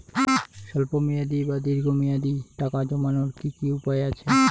স্বল্প মেয়াদি বা দীর্ঘ মেয়াদি টাকা জমানোর কি কি উপায় আছে?